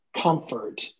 comfort